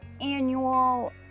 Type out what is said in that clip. annual